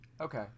Okay